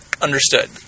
understood